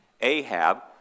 Ahab